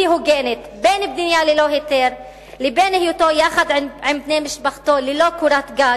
הוגנת בין בנייה ללא היתר לבין היותו יחד עם בני משפחתו ללא קורת-גג,